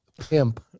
pimp